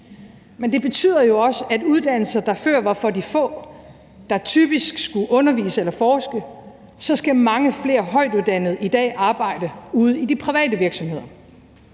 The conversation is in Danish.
Men det betyder jo også, at hvor uddannelser før var for de få, der typisk skulle undervise eller forske, så skal mange flere højtuddannede i dag arbejde ude i de private virksomheder.